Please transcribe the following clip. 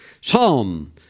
Psalm